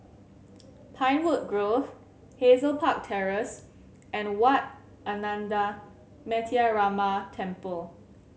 Pinewood Grove Hazel Park Terrace and Wat Ananda Metyarama Temple